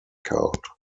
cult